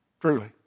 Truly